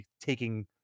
taking